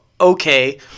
Okay